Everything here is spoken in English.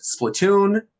Splatoon